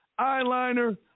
Eyeliner